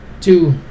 two